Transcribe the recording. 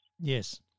Yes